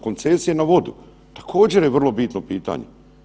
Koncesije na vodu, također je vrlo bitno pitanje.